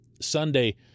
Sunday